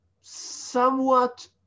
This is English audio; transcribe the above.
somewhat